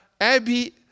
Abby